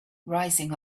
rising